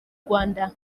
rwanda